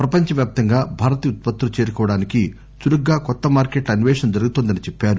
ప్రపంచ వ్యాప్తంగా భారతీయ ఉత్పత్తులు చేరుకోవడానికి చురుగా కొత్త మార్కెట్ల అన్వేషణ జరుగుతోందని చెప్పారు